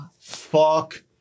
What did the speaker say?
fuck